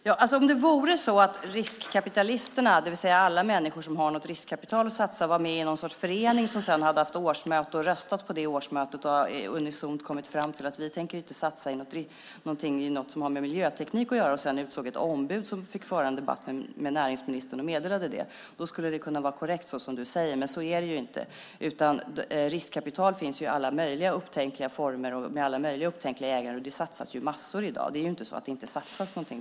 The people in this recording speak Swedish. Herr talman! Det är som om det vore så att riskkapitalisterna, det vill säga alla människor som har något riskkapital att satsa, var med i någon sorts förening som sedan hade haft årsmöte, röstat på det årsmötet och unisont kommit fram till: Vi tänker inte satsa på någonting som har något med miljöteknik att göra. Sedan utsåg de ett ombud som fick föra en debatt med näringsministern och meddela det. Om det vore så skulle det som du säger kunna vara korrekt, men så är det inte. Riskkapital finns i alla möjliga upptänkliga former och med alla möjliga upptänkliga ägare. Det satsas massor i dag. Det är inte så att det satsas någonting.